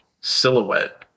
silhouette